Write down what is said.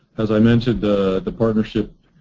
as i mentioned, the the partnership